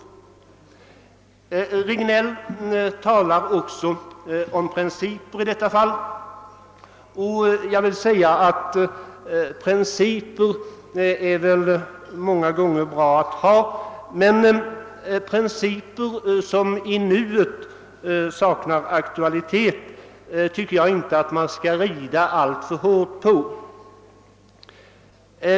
Herr Regnéll förde också frågan om principer på tal. Sådana är många gånger bra att ha, men principer som saknar aktualitet i nuet tycker jag inte man skall rida alltför hårt på.